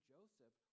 Joseph